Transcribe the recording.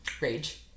Rage